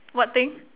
what thing